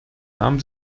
nahm